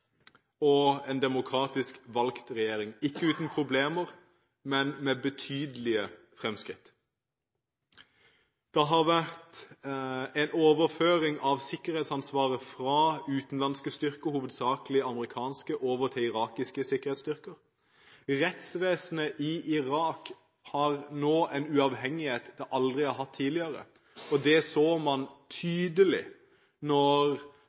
og en demokratisk valgt regjering – ikke uten problemer, men med betydelige fremskritt. Det har vært en overføring av sikkerhetsansvaret fra utenlandske styrker, hovedsakelig amerikanske, og over til irakiske sikkerhetsstyrker. Rettsvesenet i Irak har nå en uavhengighet det aldri har hatt tidligere. Det så man